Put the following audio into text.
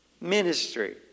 ministry